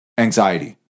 anxiety